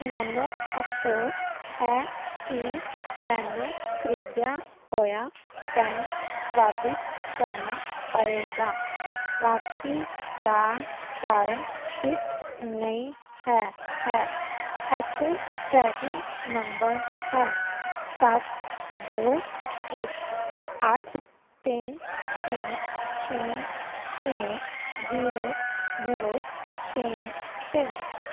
ਮੈਨੂੰ ਅਫਸੋਸ ਹੈ ਕਿ ਮੈਨੂੰ ਖਰੀਦਿਆ ਹੋਇਆ ਪੈਂਟ ਵਾਪਸ ਕਰਨਾ ਪਏਗਾ ਵਾਪਸੀ ਦਾ ਕਾਰਨ ਫਿੱਟ ਨਹੀਂ ਹੈ ਹੈ ਇੱਥੇ ਟ੍ਰੈਕਿੰਗ ਨੰਬਰ ਹੈ ਸੱਤ ਦੋ ਇੱਕ ਅੱਠ ਤਿੰਨ ਤਿੰਨ ਛੇ ਛੇ ਜ਼ੀਰੋ ਜ਼ੀਰੋ ਛੇ ਤਿੰਨ